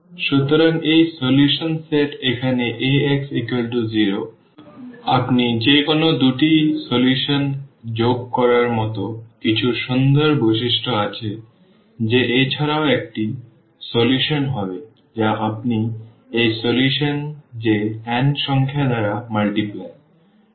সুতরাং এই সমাধান সেট এখানে Ax 0 আপনি যে কোন দুটি সমাধান যোগ করার মত কিছু সুন্দর বৈশিষ্ট্য আছে যে এছাড়াও একটি সমাধান হবে বা আপনি এই সমাধান যে n সংখ্যা দ্বারা গুণ